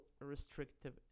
restrictive